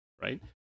right